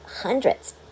hundreds